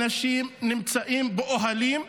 האנשים נמצאים באוהלים,